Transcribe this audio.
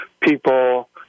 people